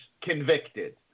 convicted